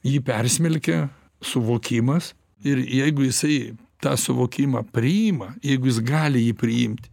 jį persmelkė suvokimas ir jeigu jisai tą suvokimą priima jeigu jis gali jį priimt